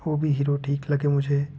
वह भी हीरो ठीक लगे मुझे